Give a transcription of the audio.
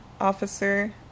officer